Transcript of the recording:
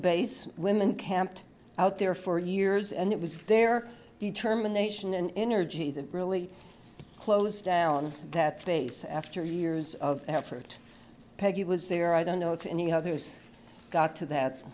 base women camped out there for years and it was their determination and energy that really close down that base after years of effort peggy was there i don't know if any others got to that